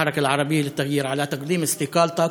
בשם הרשימה המשותפת, מכתב התפטרות מטעמך,